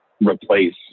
replace